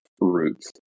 roots